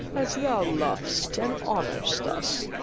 as thou lov'st and honour'st us,